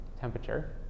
temperature